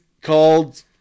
called